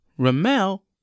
Ramel